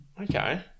okay